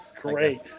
Great